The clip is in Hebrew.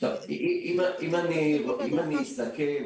אם אני אסכם,